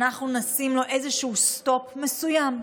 לשים איזשהו סטופ מסוים.